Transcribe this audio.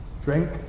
drink